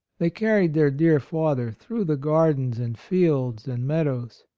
they carried their dear father through the gardens and fields and meadows,